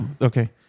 okay